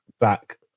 back